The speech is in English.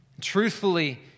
truthfully